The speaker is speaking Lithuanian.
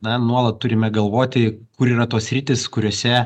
na nuolat turime galvoti kur yra tos sritys kuriose